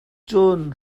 cun